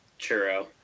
Churro